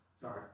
sorry